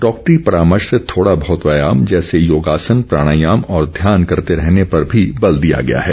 डाक्टरी परामर्श से थोड़ा बहत व्यायाम जैसे योगासन प्राणायाम और ध्यान करते रहने पर बल दिया गया है